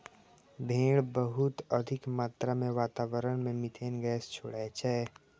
भेड़ बहुत अधिक मात्रा मे वातावरण मे मिथेन गैस छोड़ै छै